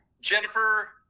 Jennifer